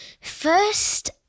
first